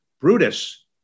Brutus